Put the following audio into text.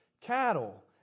cattle